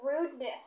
rudeness